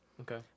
Okay